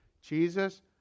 Jesus